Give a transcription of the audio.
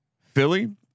Philly